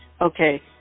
Okay